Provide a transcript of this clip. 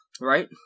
right